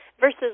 versus